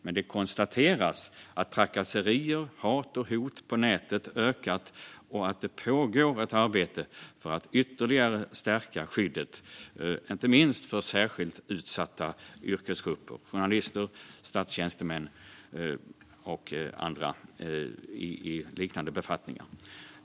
Men det konstateras att trakasserier, hat och hot på nätet, har ökat och att det pågår ett arbete för att ytterligare stärka skyddet inte minst för särskilt utsatta yrkesgrupper - journalister, statstjänstemän och andra i liknande befattningar.